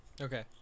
okay